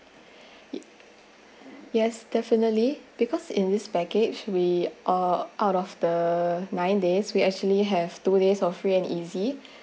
y~ yes definitely because in this package we are out of the nine days we actually have two days of free and easy